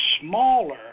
smaller